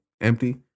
empty